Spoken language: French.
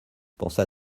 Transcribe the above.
pensa